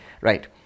Right